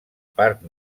parc